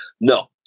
No